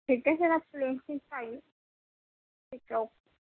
ٹھیک ہے سر آپ کلینک پہ آئیے ٹھیک ہے اوکے